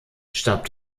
starb